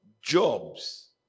jobs